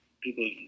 people